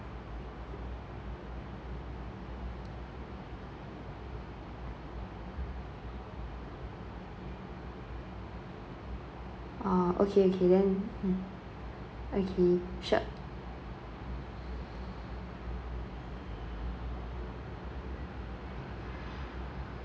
oh okay okay then mm okay sure